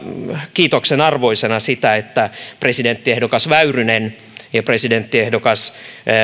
kiitoksen arvoisena sitä että presidenttiehdokas väyrynen ja presidenttiehdokas